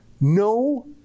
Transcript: No